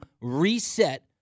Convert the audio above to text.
reset